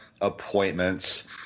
appointments